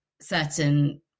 certain